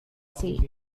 seat